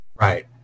Right